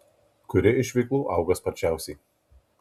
kuri iš veiklų auga sparčiausiai